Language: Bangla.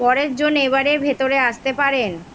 পরেরজন এবারে ভেতরে আসতে পারেন